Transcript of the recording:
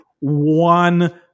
one